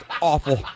awful